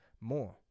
more